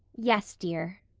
yes, dear.